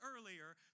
earlier